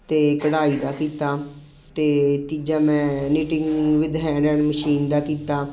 ਅਤੇ ਕਢਾਈ ਦਾ ਕੀਤਾ ਅਤੇ ਤੀਜਾ ਮੈਂ knitting with hand and machine ਦਾ ਕੀਤਾ